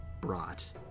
brought